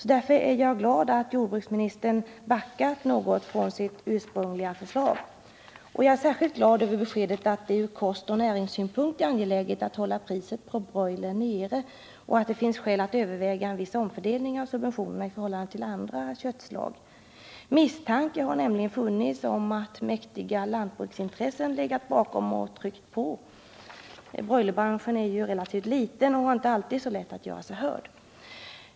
Därför är jag glad över att jordbruksministern har backat något från sitt ursprungliga förslag. Jag är särskilt glad över beskedet att det från kostoch näringssynpunkt är angeläget att hålla priset på broiler nere och att det finns skäl att överväga en viss omfördelning av subventionerna i förhållande till andra köttslag. Misstanke har nämligen funnits om att mäktiga lantbruksintressen legat bakom och tryckt på. Broilerbranschen är ju relativt liten och har inte alltid så lätt att göra sig hörd.